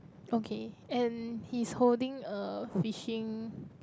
okay and he's holding a fishing